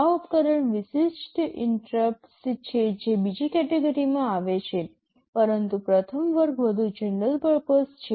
આ ઉપકરણ વિશિષ્ટ ઇન્ટરપ્ટસ છે જે બીજી કેટેગરીમાં આવે છે પરંતુ પ્રથમ વર્ગ વધુ જનરલ પર્પસ છે